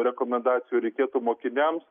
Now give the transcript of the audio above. rekomendacijų reikėtų mokiniams